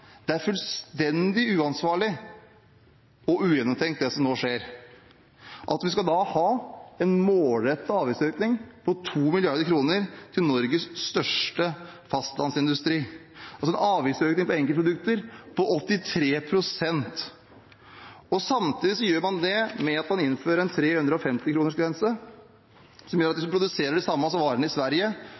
Det er fullstendig uansvarlig og ugjennomtenkt det som nå skjer – at vi skal ha en målrettet avgiftsøkning på 2 mrd. kr til Norges største fastlandsindustri, med en avgiftsøkning på enkeltprodukter på 83 pst. Samtidig som man gjør det, innfører man en 350 kr-grense som gjør at hvis man produserer de samme varene i Sverige,